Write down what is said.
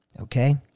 okay